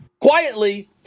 Quietly